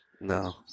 No